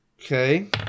okay